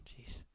jeez